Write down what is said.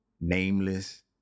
nameless